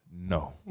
No